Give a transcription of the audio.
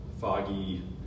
foggy